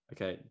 Okay